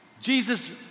Jesus